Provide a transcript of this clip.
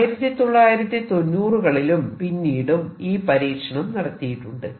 1990 കളിലും പിന്നീടും ഈ പരീക്ഷണം നടത്തിയിട്ടുണ്ട്